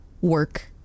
work